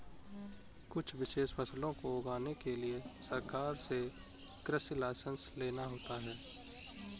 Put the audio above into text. कुछ विशेष फसलों को उगाने के लिए सरकार से कृषि लाइसेंस लेना होता है